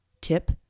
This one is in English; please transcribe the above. tip